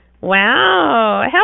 wow